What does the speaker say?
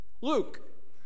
Luke